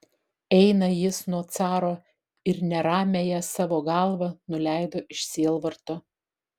eina jis nuo caro ir neramiąją savo galvą nuleido iš sielvarto